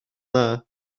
dda